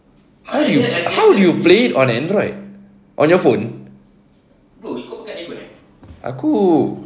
how do you how do you play it on Android on your phone aku